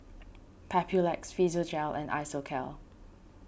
Papulex Physiogel and Isocal